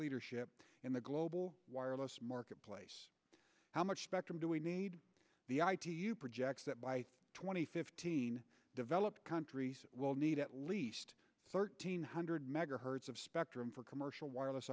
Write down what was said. leadership in the global wireless marketplace how much spectrum do we need the i do you projects that by two thousand and fifteen developed countries will need at least thirteen hundred megahertz of spectrum for commercial wireless